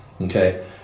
Okay